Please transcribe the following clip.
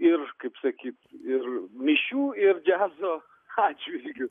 ir kaip sakyt ir mišių ir džiazo atžvilgiu